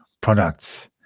products